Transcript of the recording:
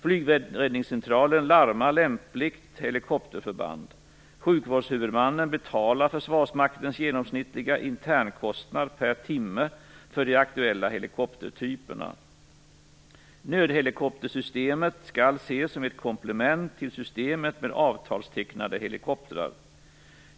Flygräddningscentralen larmar lämpligt helikopterförband. Sjukvårdshuvudmannen betalar Försvarsmaktens genomsnittliga internkostnad per timme för de aktuella helikoptertyperna. Nödhelikoptersystemet skall ses som ett komplement till systemet med avtalstecknade helikoptrar.